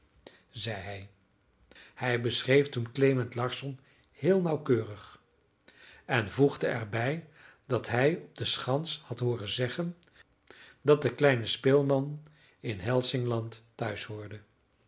zei hij hij beschreef toen klement larsson heel nauwkeurig en voegde er bij dat hij op de schans had hooren zeggen dat de kleine speelman in hälsingland